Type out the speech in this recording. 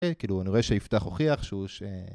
אני רואה שיפתח הוכיח שהוא ש...